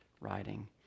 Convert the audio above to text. writing